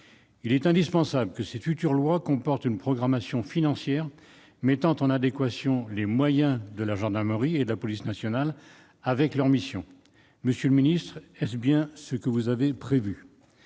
Il est indispensable que cette future loi comporte une programmation financière mettant en adéquation les moyens de la gendarmerie et de la police nationale avec leurs missions. Monsieur le ministre, est-ce bien ce qui est prévu ?